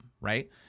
right